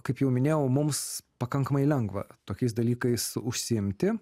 kaip jau minėjau mums pakankamai lengva tokiais dalykais užsiimti